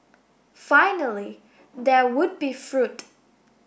finally there would be fruit